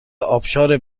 ابشار